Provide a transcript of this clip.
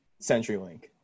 CenturyLink